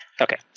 Okay